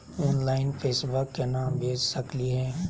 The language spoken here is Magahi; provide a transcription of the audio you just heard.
ऑनलाइन पैसवा केना भेज सकली हे?